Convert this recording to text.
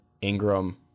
Ingram